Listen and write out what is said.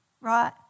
right